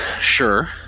sure